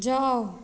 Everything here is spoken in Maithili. जाउ